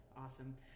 Awesome